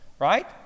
Right